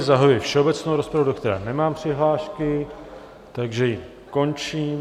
Zahajuji všeobecnou rozpravu, do které nemám přihlášky, takže ji končím.